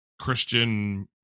christian